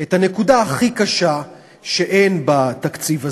את הנקודה הכי קשה שאין בתקציב הזה,